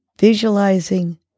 visualizing